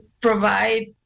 provide